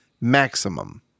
maximum